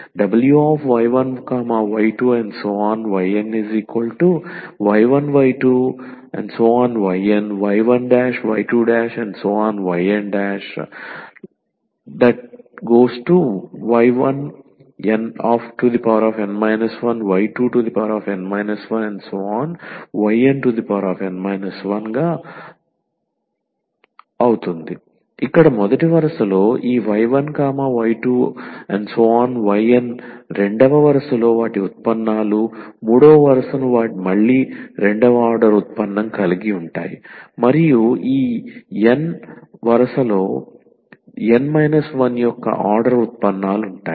Wy1y2yny1 y2 yn y1 y2 yn ⋱ y1 y2 yn ఇక్కడ మొదటి వరుసలో ఈ y1 y2 yn రెండవ వరుసలో వాటి ఉత్పన్నాలు మూడవ వరుసను మళ్ళీ రెండవ ఆర్డర్ ఉత్పన్నం కలిగి ఉంటాయి మరియు ఈ n వ వరుసలో n 1 వ ఆర్డర్ ఉత్పన్నాలు ఉంటాయి